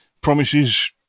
promises